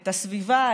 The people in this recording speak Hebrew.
את הסביבה,